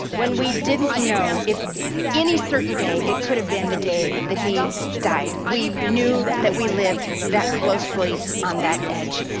when we didn't know if any certain day it could have been the day that he died. we knew that we lived that closely on that edge,